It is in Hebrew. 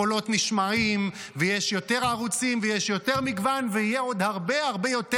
הקולות נשמעים ויש יותר ערוצים ויש יותר מגוון ויהיה עוד הרבה יותר,